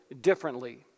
differently